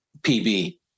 PB